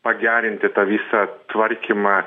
pagerinti tą visą tvarkymą